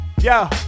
Yo